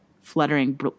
fluttering